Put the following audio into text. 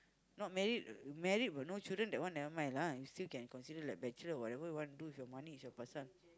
not married married but no children that one that will might lah still can be considered bachelor what whatever you want to do with your money is your personal